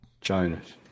Jonas